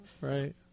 Right